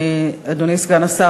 אדוני סגן השר,